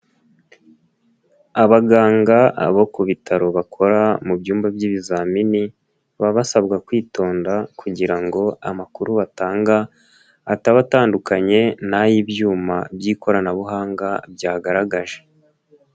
Abaganga abo ku bitaro bakora mu byumba by'ibizamini, baba basabwa kwitonda kugira ngo amakuru batanga ataba atandukanye n'ay'ibyuma by'ikoranabuhanga byagaragaje.